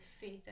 faith